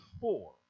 four